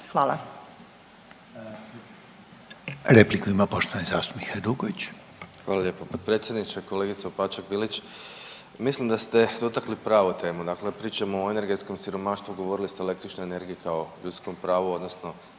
**Hajduković, Domagoj (Nezavisni)** Hvala lijepo potpredsjedniče. Kolegice Opačak Bilić mislim da ste dotakli pravu temu. Dakle, pričamo o energetskom siromaštvu. Govorili ste o električnoj energiji kao ljudskom pravu, odnosno